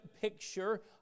picture